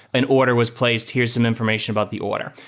and order was placed. here's some information about the order.